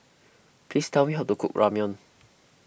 please tell me how to cook Ramyeon